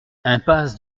impasse